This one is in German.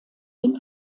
den